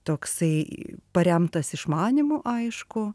toksai paremtas išmanymu aišku